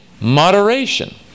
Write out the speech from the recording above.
moderation